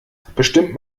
bestimmt